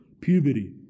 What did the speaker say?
puberty